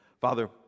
Father